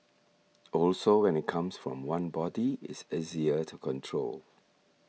also when it comes from one body it's easier to control